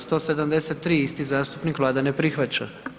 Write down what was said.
173. isti zastupnik Vlada ne prihvaća.